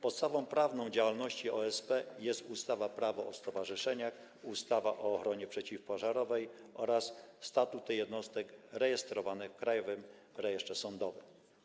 Podstawa prawna działalności OSP to: ustawa Prawo o stowarzyszeniach, ustawa o ochronie przeciwpożarowej oraz statuty jednostek rejestrowanych w Krajowym Rejestrze Sądowym.